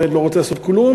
הילד לא רוצה לעשות כלום,